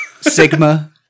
sigma